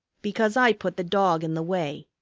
because i put the dog in the way.